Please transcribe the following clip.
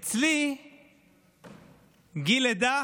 אצלי גיל לידה